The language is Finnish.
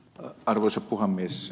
arvoisa puhemies